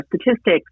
statistics